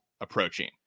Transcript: approaching